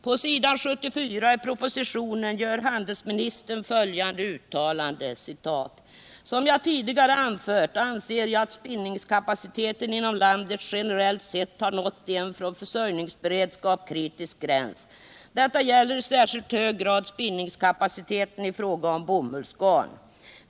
På s. 74 i propositionen gör handelsministern följande uttalande: ”Som jag tidigare har anfört anser jag att spinningskapaciteten inom landet generellt sett har nått en från försörjningsberedskapssynpunkt kritisk gräns. Detta gäller i särskilt hög grad spinningskapaciteten i fråga om bomullsgarn.